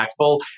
impactful